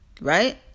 right